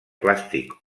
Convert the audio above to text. plàstic